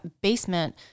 basement